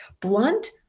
Blunt